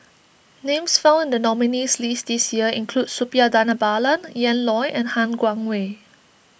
names found in the nominees' list this year include Suppiah Dhanabalan Ian Loy and Han Guangwei